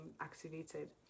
activated